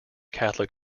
catholic